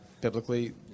biblically